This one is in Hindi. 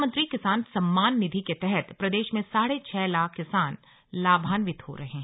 प्रधानमंत्री किसान सम्मान निधि के तहत प्रदेश में साढ़े छह लाख किसान लाभान्वित हो रहे हैं